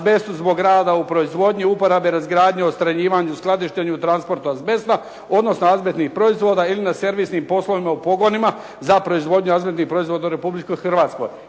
zbog rada u proizvodnji, uporabi razgradnje, odstranjivanju, skladištenju, transportu azbesta, odnosno azbestnih proizvoda ili na servisnim poslovima u pogonima za proizvodnju azbestnih proizvoda u Republici Hrvatskoj.